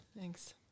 Thanks